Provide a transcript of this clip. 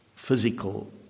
physical